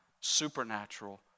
supernatural